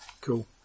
Cool